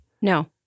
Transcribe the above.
No